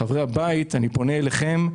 אני פונה אליכם,